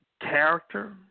character